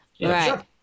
Right